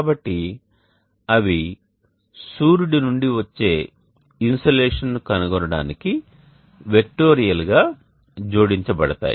కాబట్టి అవి సూర్యుడి నుండి వచ్చే ఇన్సోలేషన్ని కనుగొనడానికి వెక్టోరియల్ గా జోడించబడతాయి